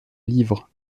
livres